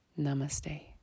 Namaste